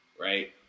Right